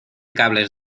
cables